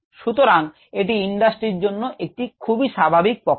সুতরাং এটি ইন্ডাস্ট্রির জন্য একটি খুবই স্বাভাবিক প্রক্রিয়া